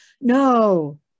no